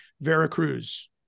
Veracruz